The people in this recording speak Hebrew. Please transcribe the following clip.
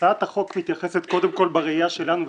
הצעת החוק מתייחסת קודם כל בראייה שלנו,